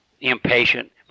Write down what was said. impatient